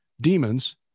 demons